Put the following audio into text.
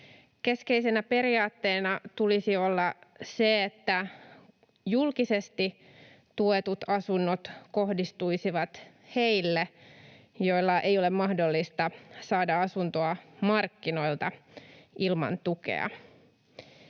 Keskeisenä periaatteena tulisi olla se, että julkisesti tuetut asunnot kohdistuisivat heille, joiden ei ole mahdollista saada asuntoa markkinoilta ilman tukea.